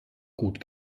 gut